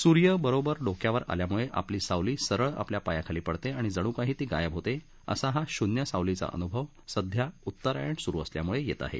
सूर्य बरोबर डोक्यावर आल्यामुळे आपली सावली सरळ आपल्या पायाखाली पडते आणि जणू काही ती गायब होते असा हा शून्य सावलीचा अनुभव सध्या उत्तरायण सुरु असल्यामुळे येत आहे